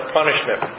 punishment